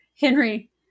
Henry